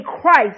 Christ